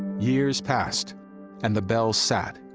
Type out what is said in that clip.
years passed and the belle sat,